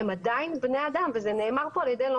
הם עדיין בני אדם וזה נאמר פה על ידי לא